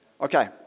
okay